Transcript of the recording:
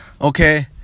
okay